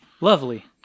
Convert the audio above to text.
lovely